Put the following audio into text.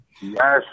Yes